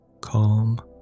Calm